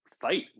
fight